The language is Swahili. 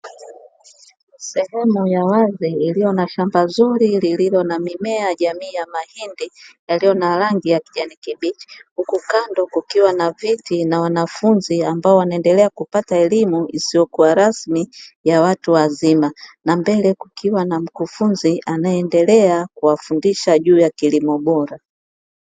Sehemu ya wazi iliyo na shamba zuri lililo na mimea ya jamii ya mahindi, yaliyo na rangi ya kijani kibichi. Huku kando kukiwa na viti na wanafunzi ambao wanaendelea kupata elimu isiyokuwa rasmi ya watu wazima, na mbele kukiwa na mkufunzi anayeendelea kuwafundisha juu ya kilimo bora.